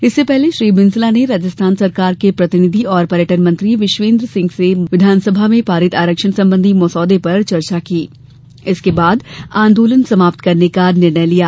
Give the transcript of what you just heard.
इससे पहले श्री बेंसला ने राजस्थान सरकार के प्रतिनिधि और पर्यटन मंत्री विश्वेन्द्र सिंह से विधानसभा में पारित आरक्षण संबंधी मसौदे पर चर्चा की इसके बाद आंदोलन समाप्त करने का निर्णय लिया गया